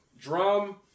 Drum